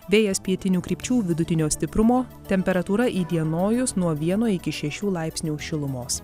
vėjas pietinių krypčių vidutinio stiprumo temperatūra įdienojus nuo vieno iki šešių laipsnių šilumos